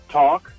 talk